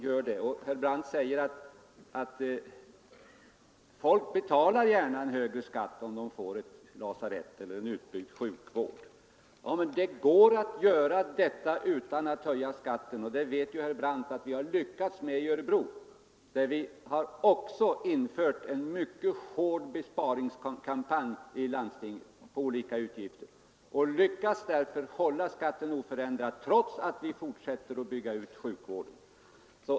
Herr Brandt säger också att folk gärna betalar högre skatt för att få ett lasarett eller utbyggd sjukvård. Det går emellertid att åstadkomma detta utan att höja skatten — herr Brandt vet att vi har lyckats med det i Örebro, där vi också har genomfört en mycket hård besparingskampanj i landstinget avseende olika utgifter. Vi har därför lyckats hålla skatten oförändrad trots att vi fortsätter att bygga ut sjukvården.